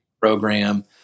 program